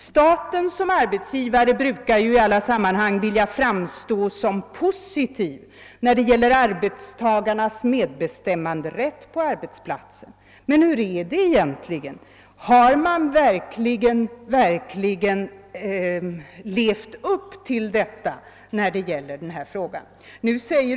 Staten som arbetsgivare brukar ju i alla sammanhang vilja framstå som positiv när det gäller arbetstagarnas medbestämmanderätt på arbetsplatsen. Men hur är det egentligen — har man verkligen levt upp till detta när det gäller denna fråga?